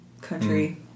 Country